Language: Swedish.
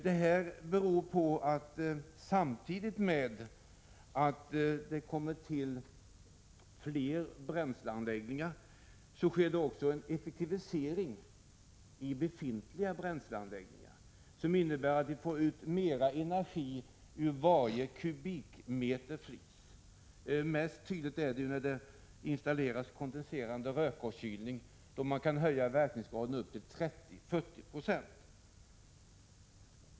Detta beror på att det samtidigt som det kommer till fler bränsleanläggningar sker en effektivisering i befintliga anläggningar, vilket innebär att vi får ut mer energi ur varje kubikmeter flis. Mest tydligt är det när det installeras kondenserande rökavkylning, då man kan höja verkningsgraden med upp till 30-40 96.